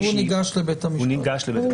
הוא ניגש לבית המשפט.